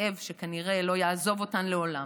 כאב שכנראה לא יעזוב אותן לעולם.